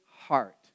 heart